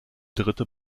dritte